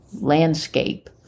landscape